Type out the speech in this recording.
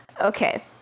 Okay